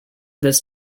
this